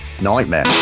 Nightmare